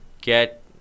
Get